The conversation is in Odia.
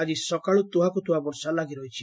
ଆଜି ସକାଳୁ ତୁହାକୁ ତୁହା ବର୍ଷା ଲାଗିରହିଛି